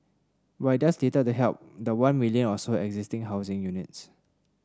but it does little to help the one million or so existing housing units